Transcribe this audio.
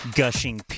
gushing